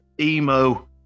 emo